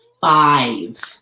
five